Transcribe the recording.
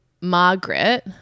Margaret